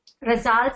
Results